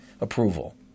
approval